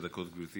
עשר דקות, גברתי.